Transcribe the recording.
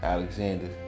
Alexander